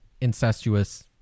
incestuous